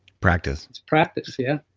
practice it's practice, yeah